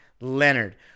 Leonard